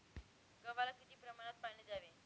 गव्हाला किती प्रमाणात पाणी द्यावे?